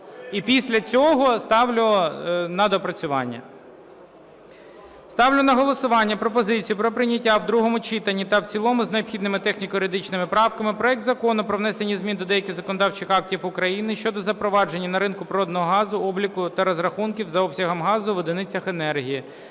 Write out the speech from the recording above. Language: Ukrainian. І після цього ставлю на доопрацювання. Ставлю на голосування пропозицію про прийняття в другому читанні та в цілому з необхідними техніко-юридичними правками проект Закону про внесення змін до деяких законодавчих актів України щодо запровадження на ринку природного газу обліку та розрахунків за обсягом газу в одиницях енергії